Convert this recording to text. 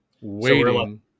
waiting